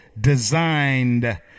designed